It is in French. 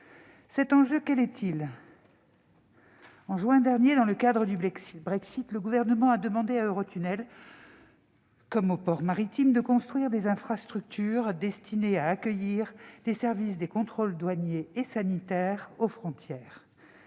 Cet enjeu, quel est-il ? Au mois de juin dernier, dans le cadre du Brexit, le Gouvernement a demandé à Eurotunnel, comme aux ports maritimes, de construire des infrastructures destinées à accueillir les services assurant les contrôles douaniers et sanitaires aux frontières.